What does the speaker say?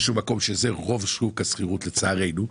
באיזה שהוא מקום זהו רוב שוק השכירות, לצערנו.